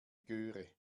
göre